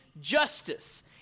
justice